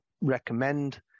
recommend